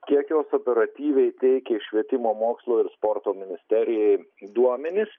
kiek jos operatyviai teikia švietimo mokslo ir sporto ministerijai duomenis